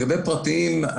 לגבי הפרטיים,